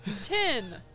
Ten